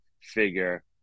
figure